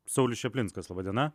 saulius čaplinskas laba diena